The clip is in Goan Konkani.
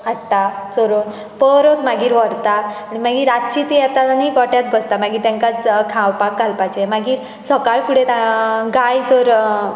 हाडटा चरोवन परत मागीर व्हरता आनी रातचीं तीं येतात आनी गोठ्यांत बसतात मागीर तेंकां खावपाक घालपाचें मागीर सकाळ फुडें गाय जर